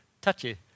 Touchy